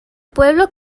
pueblo